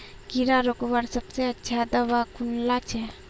कीड़ा रोकवार सबसे अच्छा दाबा कुनला छे?